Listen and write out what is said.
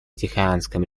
тихоокеанском